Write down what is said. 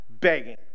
begging